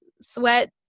sweat